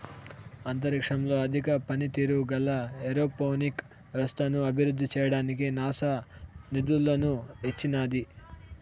అంతరిక్షంలో అధిక పనితీరు గల ఏరోపోనిక్ వ్యవస్థను అభివృద్ధి చేయడానికి నాసా నిధులను ఇచ్చినాది